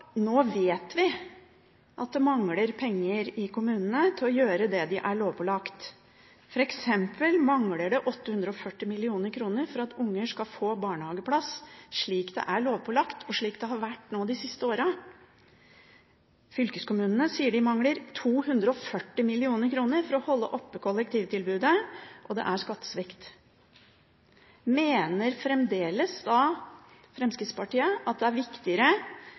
Nå vet vi at det mangler penger i kommunene til å gjøre det de er lovpålagt – f.eks. mangler det 840 mill. kr for at barn skal få barnehageplass, slik det er lovpålagt, og slik det har vært de siste åra. Fylkeskommunene sier de mangler 240 mill. kr for å holde oppe kollektivtilbudet, og det er skattesvikt. Mener fremdeles Fremskrittspartiet at det er viktigere